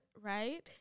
right